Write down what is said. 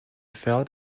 felt